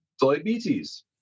diabetes